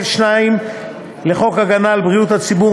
80. חוק הזכות לעבודה בישיבה,